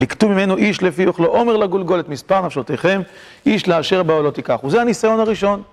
לקטו ממנו איש לפי אוכלו, עומר לגולגולת, מספר נפשותיכם, איש לאשר באהלו תקחו. זה הניסיון הראשון.